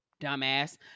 dumbass